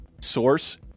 source